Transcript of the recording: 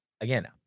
again